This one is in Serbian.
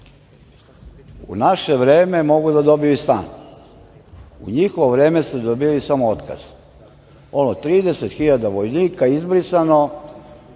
naše vreme mogu da dobiju i stan. U njihovo vreme su dobijali samo otkaz. Ono - 30 hiljada vojnika izbrisano